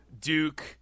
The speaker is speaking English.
Duke